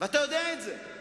ואתה יודע את זה.